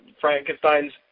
Frankenstein's